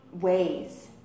ways